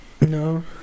No